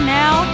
now